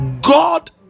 god